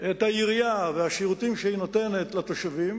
את העירייה והשירותים שהיא נותנת לתושבים